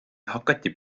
hakati